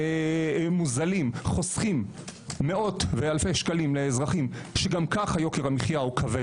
מחירים מוזלים חוסכים מאות ואלפי שקלים לאזרחים שגם כך יוקר המחיה כבד